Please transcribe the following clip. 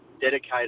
dedicated